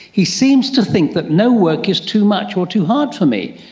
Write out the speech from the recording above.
he seems to think that no work is too much or too hard for me,